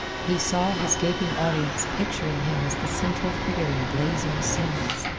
he saw his gaping audience picturing him as the central figure in blazing scenes.